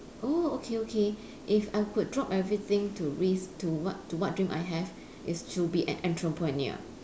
oh okay okay if I would drop everything to risk to what to what dream I have is to be an entrepreneur